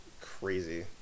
crazy